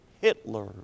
Hitler